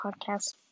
podcast